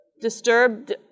Disturbed